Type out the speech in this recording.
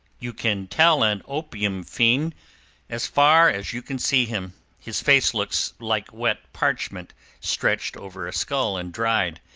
you can tell an opium fiend as far as you can see him his face looks like wet parchment stretched over a skull and dried,